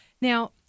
Now